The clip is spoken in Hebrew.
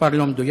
מספר לא מדויק,